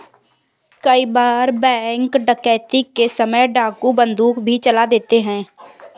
कई बार बैंक डकैती के समय डाकू बंदूक भी चला देते हैं